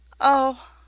Oh